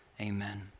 Amen